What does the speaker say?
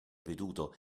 veduto